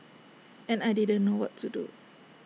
and I didn't know what to do